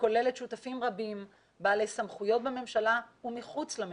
הכוללת שותפים רבים בעלי סמכויות בממשלה ומחוץ לממשלה,